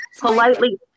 Politely